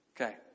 Okay